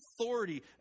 authority